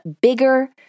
bigger